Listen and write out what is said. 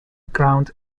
ground